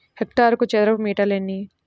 హెక్టారుకు చదరపు మీటర్లు ఎన్ని?